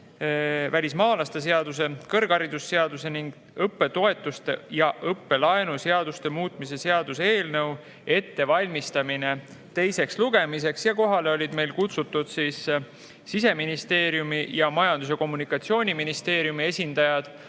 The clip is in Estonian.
välismaalaste seaduse, kõrgharidusseaduse ning õppetoetuste ja õppelaenu seaduse muutmise seaduse eelnõu ettevalmistamine teiseks lugemiseks. Kohale olid kutsutud Siseministeeriumi ning Majandus- ja Kommunikatsiooniministeeriumi esindajad,